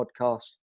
podcast